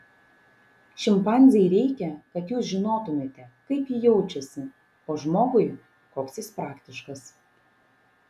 šimpanzei reikia kad jūs žinotumėte kaip ji jaučiasi o žmogui koks jis praktiškas